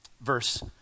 Verse